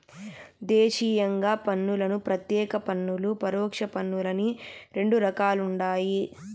దేశీయంగా పన్నులను ప్రత్యేక పన్నులు, పరోక్ష పన్నులని రెండు రకాలుండాయి